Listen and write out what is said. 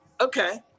Okay